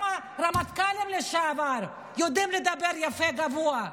גם הרמטכ"לים לשעבר יודעים לדבר יפה, גבוה.